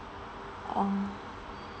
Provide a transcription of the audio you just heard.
oh